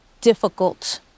difficult